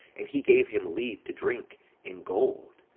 and he gave him leave to drink in gold,